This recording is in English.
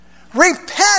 Repent